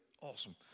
awesome